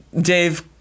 dave